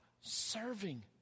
serving